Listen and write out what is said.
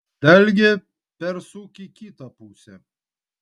dalgį persuk į kitą pusę